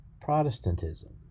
Protestantism